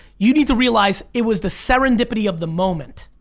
you need to realize it was the serendipity of the moment.